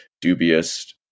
dubious